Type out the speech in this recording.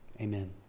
Amen